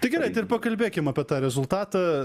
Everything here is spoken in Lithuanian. tai gerai pakalbėkim apie tą rezultatą